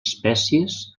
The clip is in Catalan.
espècies